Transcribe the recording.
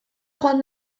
joan